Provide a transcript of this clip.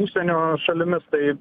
užsienio šalimis tai